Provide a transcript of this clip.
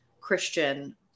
Christian